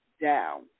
down